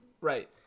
Right